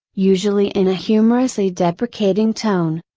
usually in a humorously deprecating tone.